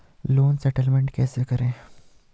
Loan settlement कैसे करें?